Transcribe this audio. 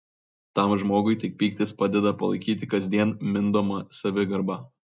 tam žmogui tik pyktis padeda palaikyti kasdien mindomą savigarbą